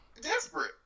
desperate